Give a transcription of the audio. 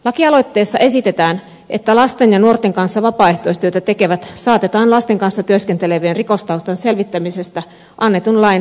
lakialoitteessa esitetään että lasten ja nuorten kanssa vapaaehtoistyötä tekevät saatetaan lasten kanssa työskentelevien rikostaustan selvittämisestä annetun lain soveltamisalan piiriin